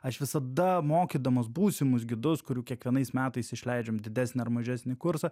aš visada mokydamas būsimus gidus kurių kiekvienais metais išleidžiam didesnį ar mažesnį kursą